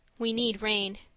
we need rain.